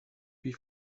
puis